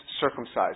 circumcised